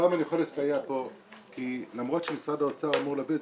הפעם אני יכול לסייע פה כי למרות שמשרד האוצר אמור להביא את